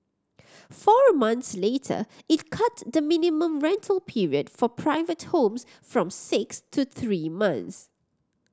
four of months later it cut the minimum rental period for private homes from six to three months